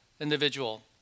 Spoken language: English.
individual